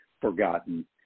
forgotten